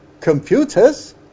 computers